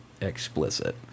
explicit